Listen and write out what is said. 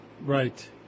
Right